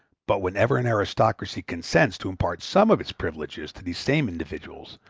but whenever an aristocracy consents to impart some of its privileges to these same individuals,